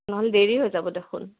নহ'লে দেৰি হৈ যাব দেখোন